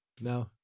no